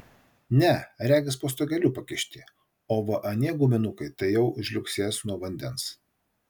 ne regis po stogeliu pakišti o va anie guminukai tai jau žliugsės nuo vandens